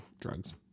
drugs